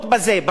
בשירות צבאי,